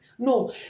No